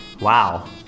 wow